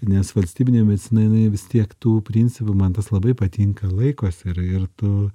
nes valstybinė medicina jinai vis tiek tų principų man tas labai patinka laikosi ir ir tu